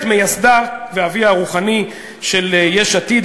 את מייסדה ואביה הרוחני של יש עתיד,